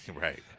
right